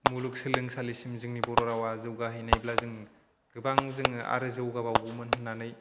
मुलुग सोलोंसालिसिम जोंनि बर' रावा जौगाहैनायब्ला जों गोबां जोङो आरो जौगाबावगौमोन होननानै आं सानो